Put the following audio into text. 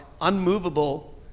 unmovable